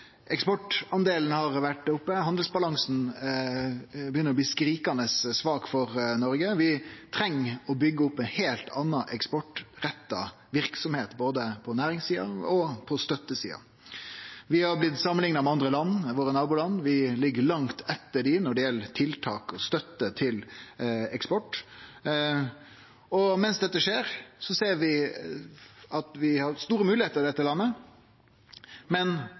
Eksportandelen har vore oppe. Handelsbalansen begynner å bli skrikande svak for Noreg. Vi treng å byggje opp ei heilt anna eksportretta verksemd både på næringssida og på støttesida. Vi har blitt samanlikna med andre land, med våre naboland – vi ligg langt etter dei når det gjeld tiltak og støtte til eksport. Mens dette skjer, ser vi at vi har store moglegheiter i dette landet. Men